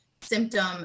symptom